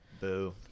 Boo